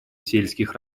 сельских